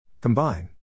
Combine